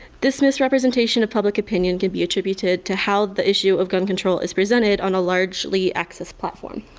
this misrepresentation of public opinion can be attributed to how the issue of gun control is presented on a largely access platform.